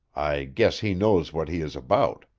i guess he knows what he is about.